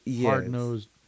hard-nosed